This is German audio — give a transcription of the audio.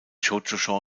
shōjo